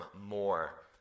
more